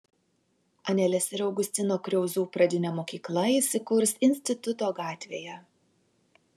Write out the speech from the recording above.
anelės ir augustino kriauzų pradinė mokykla įsikurs instituto gatvėje